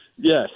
Yes